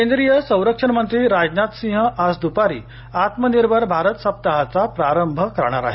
केंद्रीय संरक्षण मंत्री राजनाथसिंह आज दुपारी आत्मनिर्भर भारत सप्ताहाचा प्रारंभ करणार आहेत